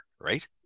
right